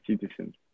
citizens